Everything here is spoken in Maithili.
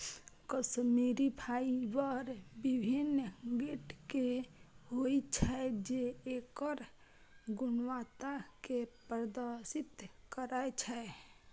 कश्मीरी फाइबर विभिन्न ग्रेड के होइ छै, जे एकर गुणवत्ता कें प्रदर्शित करै छै